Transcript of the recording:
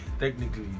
Technically